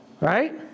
Right